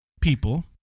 people